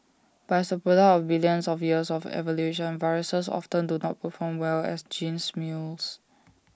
but as the product of billions of years of evolution viruses often do not perform well as gene mules